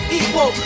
equal